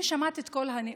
אני שמעתי את כל הנאומים,